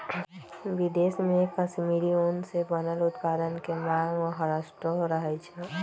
विदेश में कश्मीरी ऊन से बनल उत्पाद के मांग हरसठ्ठो रहइ छै